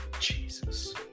Jesus